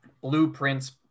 blueprints